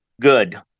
Good